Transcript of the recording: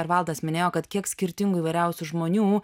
ir valdas minėjo kad kiek skirtingų įvairiausių žmonių